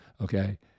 Okay